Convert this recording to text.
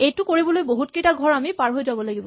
এইটো কৰিবলৈ বহুতকেইটা ঘৰ পাৰ হৈ যাব লাগিব